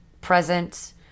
present